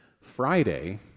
Friday